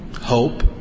hope